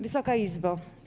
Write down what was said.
Wysoka Izbo!